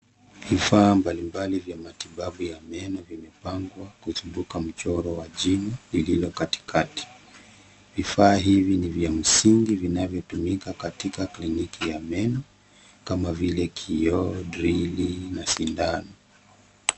Vifaa mbalimbali vya matibabu ya meno vimepangwa kuzunguka mchoro wa jino lililo katikati. Vifaa hivi ni vya msingi vinavyotumika katika kliniki ya meno kama vile kioo, drill na sindano.